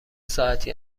ساعتی